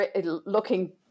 looking